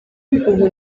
ubu